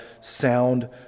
sound